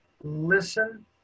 listen